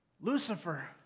Lucifer